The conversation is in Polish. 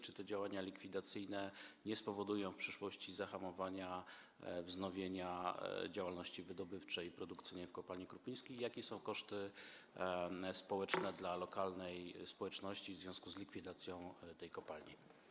Czy te działania likwidacyjne nie spowodują w przyszłości zahamowania wznowienia działalności wydobywczej i produkcyjnej w kopalni Krupiński i jakie są koszty społeczne dla lokalnej społeczności w związku z likwidacją tej kopalni?